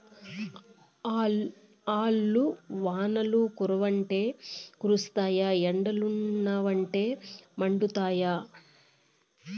ఆల్లు వానలు కురవ్వంటే కురుస్తాయి ఎండలుండవంటే మండుతాయి